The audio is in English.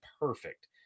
perfect